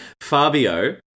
Fabio